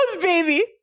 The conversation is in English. baby